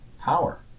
power